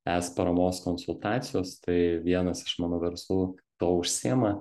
es paramos konsultacijos tai vienas iš mano verslų tuo užsiema